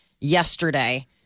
yesterday